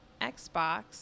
Xbox